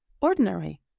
ordinary